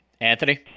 Anthony